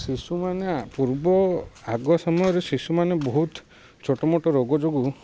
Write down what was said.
ଶିଶୁମାନେ ପୂର୍ବ ଆଗ ସମୟରେ ଶିଶୁମାନେ ବହୁତ ଛୋଟମୋଟ ରୋଗ ଯୋଗୁଁ